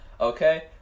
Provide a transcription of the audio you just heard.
okay